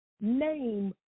name